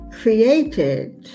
created